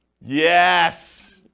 Yes